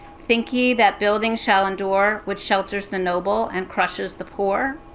think ye that building shall endure which shelters the noble and crushes the poor?